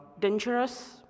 dangerous